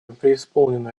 преисполнена